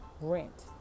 Rent